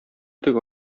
теге